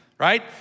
right